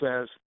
says